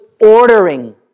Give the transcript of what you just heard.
ordering